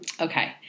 Okay